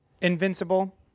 Invincible